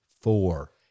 four